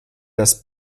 das